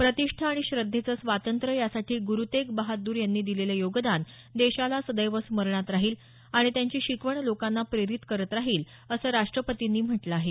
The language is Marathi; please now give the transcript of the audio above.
प्रतिष्ठा आणि श्रद्धेचं स्वातंत्र्य यासाठी गुरु तेग बहाद्र यांनी दिलेलं योगदान देशाला सदैव स्मरणात राहील आणि त्यांची शिकवण लोकांना प्रेरित करत राहील असं राष्ट्रपतींनी म्हटलं आहे